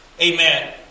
Amen